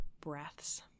breaths